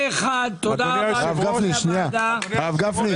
הצבעה הרוויזיה לא נתקבלה הרוויזיה לא התקבלה.